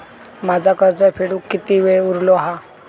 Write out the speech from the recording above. माझा कर्ज फेडुक किती वेळ उरलो हा?